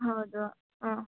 ಹೌದು ಹಾಂ